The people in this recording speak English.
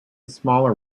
smaller